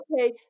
okay